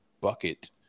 Bucket